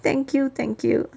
thank you thank you